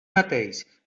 mateix